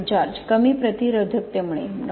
George कमी प्रतिरोधकतेमुळे डॉ